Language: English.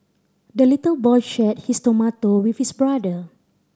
the little boy shared his tomato with his brother